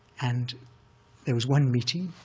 and there was one meeting